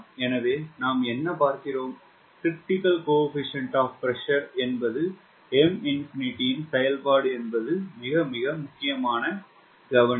எனவே நாம் என்ன பார்க்கிறோம் 𝐶PCR என்பது M இன் செயல்பாடு என்பது மிக முக்கியமான கவனிப்பு